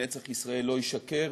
נצח ישראל לא ישקר.